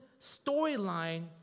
storyline